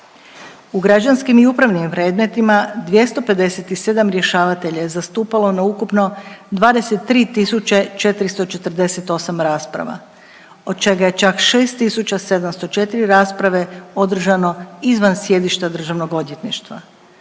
U građanskim i upravnim predmetima 257 rješavatelja je zastupalo na ukupno 23 tisuće 448 rasprava, od čega je čak 6 tisuća 704 rasprave održano izvan sjedišta državnog odvjetništva.